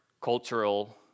cultural